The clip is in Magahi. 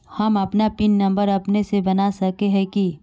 हम अपन पिन नंबर अपने से बना सके है की?